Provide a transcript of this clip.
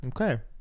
Okay